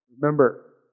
Remember